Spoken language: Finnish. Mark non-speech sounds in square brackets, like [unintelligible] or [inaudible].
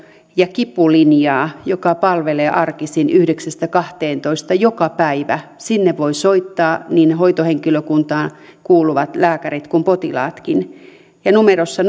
ja kipulinja joka palvelee arkisin yhdeksän viiva kaksitoista joka päivä sinne voivat soittaa niin hoitohenkilökuntaan kuuluvat lääkärit kuin potilaatkin ja numerossa [unintelligible]